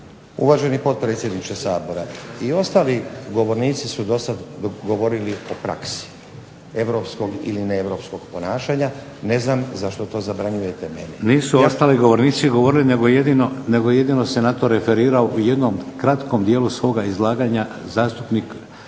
Uvaženi potpredsjedniče Sabora, i ostali govornici su do sad govorili o praksi europskog ili neeuropskog ponašanja, ne znam zašto to zabranjujete meni. **Šeks, Vladimir (HDZ)** Nisu ostali govornici govorili nego jedino se na to deklarirao u jednom kratkom dijelu svoga izlaganja zastupnik